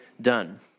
done